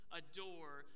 adore